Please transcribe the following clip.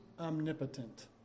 omnipotent